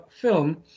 film